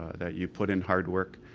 that you put in hard work,